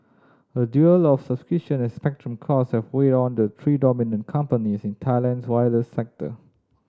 a duel and spectrum cost have weighed on the three dominant companies in Thailand's wireless sector